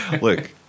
Look